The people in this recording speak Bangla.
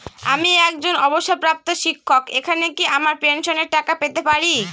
আমি একজন অবসরপ্রাপ্ত শিক্ষক এখানে কি আমার পেনশনের টাকা পেতে পারি?